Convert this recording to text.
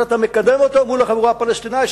אתה מקדם אותו מול החבורה הפלסטינית.